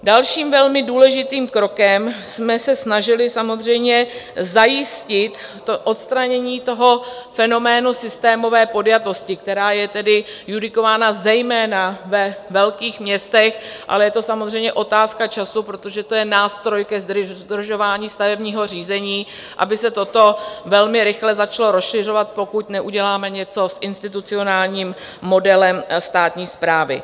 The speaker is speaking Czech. Dalším velmi důležitým krokem jsme se snažili samozřejmě zajistit odstranění fenoménu systémové podjatosti, která je judikována zejména ve velkých městech, ale je to samozřejmě otázka času, protože to je nástroj ke zdržování stavebního řízení, aby se toto velmi rychle začalo rozšiřovat, pokud neuděláme něco s institucionálním modelem státní správy.